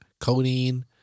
Codeine